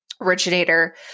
originator